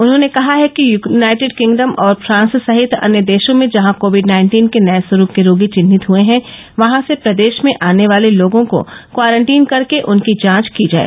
उन्हॉने कहा है कि यनाइटेड किंगडम और फ्रांस सहित अन्य देशो में जहां कोविड नाइन्टीन के नये स्वरूप के रोगी चिन्हित हये हैं वहां से प्रदेश में आने वाले लोगों को क्वारंटीन कर के उनकी जांच की जाय